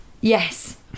Yes